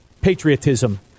patriotism